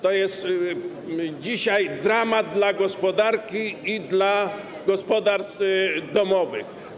To jest dzisiaj dramat dla gospodarki i dla gospodarstw domowych.